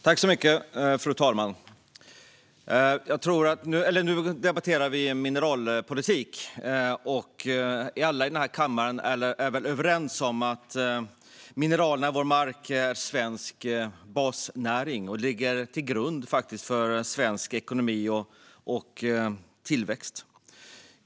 Fru talman! Vi ska nu debattera mineralpolitik. Alla i denna kammare är nog överens om att mineralerna i vår mark är svensk basnäring och ligger till grund för svensk ekonomi och tillväxt.